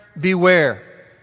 beware